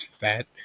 fat